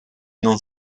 non